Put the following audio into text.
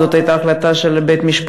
זו הייתה החלטה של בית-משפט,